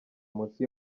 munsi